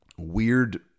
weird